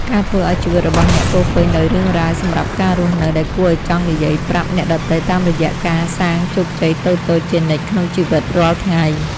ការធ្វើឱ្យជីវិតរបស់អ្នកពោរពេញដោយរឿងរ៉ាវសម្រាប់ការរស់នៅដែលគួរឱ្យចង់និយាយប្រាប់អ្នកដទៃតាមរយៈការសាងជោគជ័យតូចៗជានិច្ចក្នុងជីវិតរាល់ថ្ងៃ។